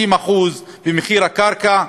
90% במחיר הקרקע.